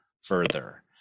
further